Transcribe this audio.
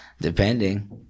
depending